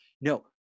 No